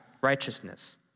righteousness